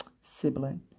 sibling